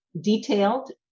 detailed